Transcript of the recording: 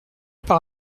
par